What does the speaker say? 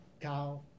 cow